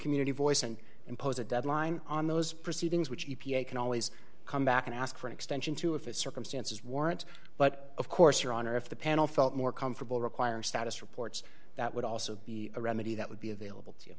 community voice and impose a deadline on those proceedings which e p a can always come back and ask for an extension to if it's circumstances warrant but of course your honor if the panel felt more comfortable require status reports that would also be a remedy that would be available to you